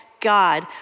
God